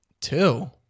Two